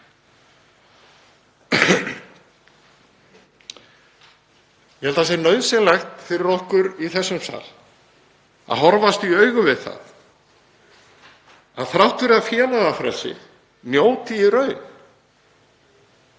Ég held að það sé nauðsynlegt fyrir okkur í þessum sal að horfast í augu við það að þrátt fyrir að félagafrelsið njóti í raun